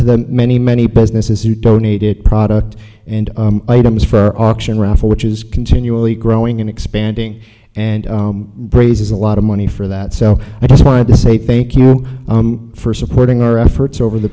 to the many many businesses who donated product and items for auction raffle which is continually growing and expanding and raises a lot of money for that so i just wanted to say thank you for supporting our efforts over the